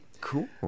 Cool